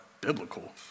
biblical